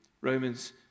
Romans